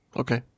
okay